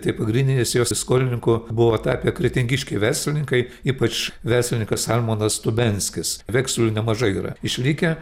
tai pagrindinis jo įsiskolininku buvo tapę kretingiškiai verslininkai ypač verslininkas armonas stubenskis vekselių nemažai yra išlikę